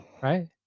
right